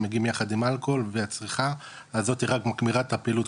מגיעים יחד עם אלכוהול והצריכה הזאתי רק מגבירה את הפעילות,